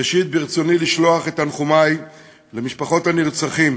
ראשית, ברצוני לשלוח את תנחומי למשפחות הנרצחים